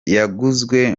yaguzwe